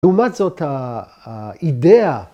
‫לעומת זאת, האידאה...